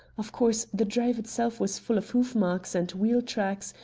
of course, the drive itself was full of hoof-marks and wheel-tracks,